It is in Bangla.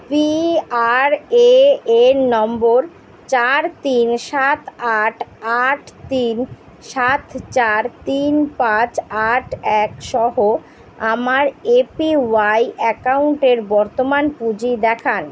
পি আর এ এন নম্বর চার তিন সাত আট আট তিন সাত চার তিন পাঁচ আট এক সহ আমার এ পি ওয়াই অ্যাকাউন্টের বর্তমান পুঁজি দেখান